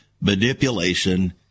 manipulation